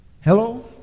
Hello